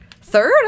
Third